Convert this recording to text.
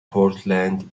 portland